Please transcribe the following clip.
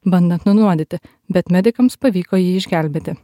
bandant nunuodyti bet medikams pavyko jį išgelbėti